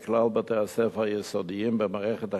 בכלל בתי-הספר היסודיים במערכת החינוך,